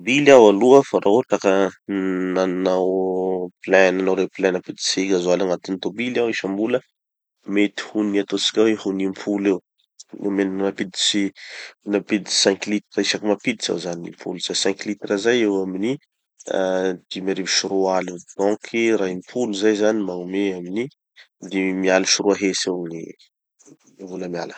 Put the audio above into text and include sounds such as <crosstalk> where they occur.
<audio distortion> bily aho aloha. Fa rahotraky nanao plein, nanao replein nampiditsy gasoil agnatin'ny tobily aho isambola, mety ho ny- ataotsika hoe ho ny impolo eo. Name- nampiditsy nampiditsy cinq litres isaky mampiditsy aho zany, impolo zay. Cinq litres zay eo amin'ny ah dimy arivo sy roa aly eo, donc, raha impolo zay zany magnome amin'ny dimy aly sy roa hetsy eo gny vola miala.